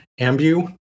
ambu